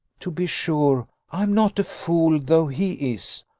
to be sure i am not a fool, though he is.